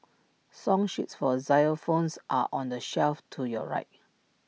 song sheets for xylophones are on the shelf to your right